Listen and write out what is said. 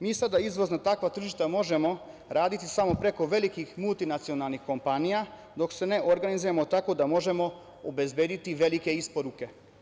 Mi sada takva izvozna tržišta možemo raditi samo preko velikih multinacionalnih kompanija, dok se ne organizujemo tako da možemo obezbediti velike isporuke.